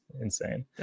insane